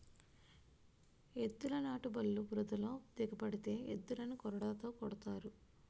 ఎద్దుల నాటుబల్లు బురదలో దిగబడితే ఎద్దులని కొరడాతో కొడతారు